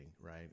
right